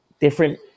different